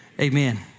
amen